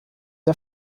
der